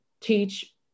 teach